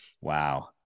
Wow